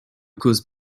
causent